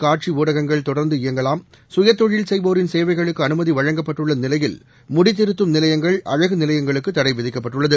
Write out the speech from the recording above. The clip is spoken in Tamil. காட்சி ஊடகங்கள் அச்சு மற்றும் சுயதொழில் செய்வோரின் சேவைகளுக்கு அனுமதி வழங்கப்பட்டுள்ள நிலையில் முடித்திருத்தும் நிலையங்கள் அழகு நிலையங்களுக்கு தடை விதிக்கப்பட்டுள்ளது